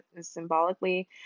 symbolically